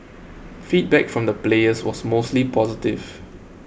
feedback from the players was mostly positive